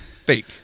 Fake